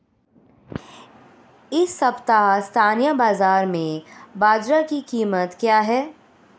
इस सप्ताह स्थानीय बाज़ार में बाजरा की कीमत क्या है?